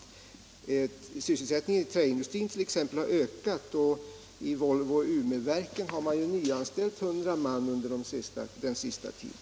Så har t.ex. sysselsättningen i träindustrin ökat, och vid Volvo Umeverken har man under den senaste tiden nyanställt 100 man.